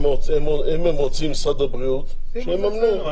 אם הם רוצים, משרד הבריאות, שיממנו.